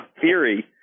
theory